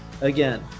Again